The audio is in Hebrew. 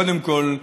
קודם כול,